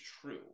true